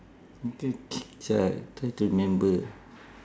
I'm thinking sia try to remember